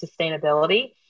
sustainability